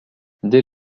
dès